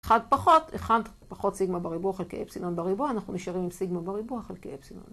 אחד פחות, אחד פחות סיגמא בריבוע חלקי אפסילון בריבוע, אנחנו נשארים עם סיגמא בריבוע חלקי אפסילון בריבוע.